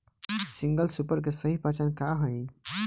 Single super के सही पहचान का हई?